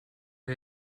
wir